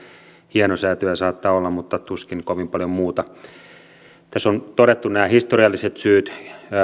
hienosäätöjä saattaa olla mutta tuskin kovin paljon muuta tässä on todettu nämä historialliset syyt